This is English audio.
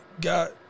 got